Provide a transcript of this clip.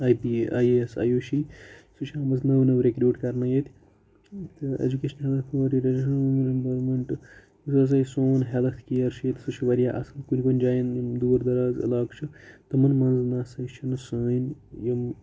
I P A I A S ایٗوشی سُہ چھِ آمٕژ نٔو نٔو رِکروٗٹ کَرنہٕ ییٚتہِ یُس ہَسا یہِ سون ہیٚلٕتھ کِیَر چھُ ییٚتہِ سُہ چھُ واریاہ اَصل کُنہِ کُنہِ جایَن یِم دوٗر دَراز عَلاقہٕ چھِ تِمَن مَنٛز نَسا چھَنہٕ سٲنۍ یِم